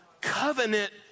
Covenant